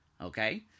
Okay